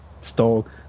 stalk